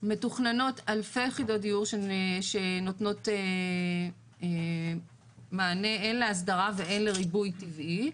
מתוכננות אלפי יחידת דיור שנותנו מענה הן להסדרה והן לריבוי טבעי,